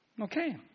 Okay